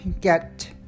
get